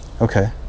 Okay